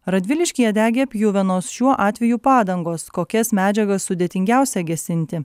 radviliškyje degė pjuvenos šiuo atveju padangos kokias medžiagas sudėtingiausia gesinti